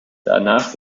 danach